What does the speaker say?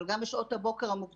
אבל גם בשעות הבוקר המוקדמות,